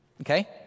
okay